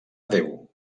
déu